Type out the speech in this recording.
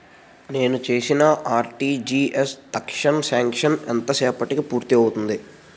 నేను చేసిన RTGS transaction ఎంత సేపటికి పూర్తి అవుతుంది?